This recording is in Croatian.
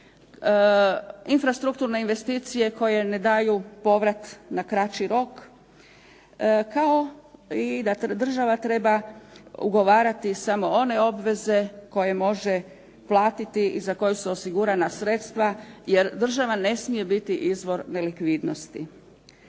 infrastrukturne investicije koje ne daju povrat na kraći rok, kao i da država treba ugovarati samo one obveze koje može platiti i za koje su osigurana sredstva jer država ne smije biti izvor nelikvidnosti.